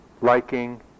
liking